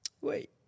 Wait